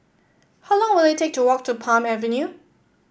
how long will it take to walk to Palm Avenue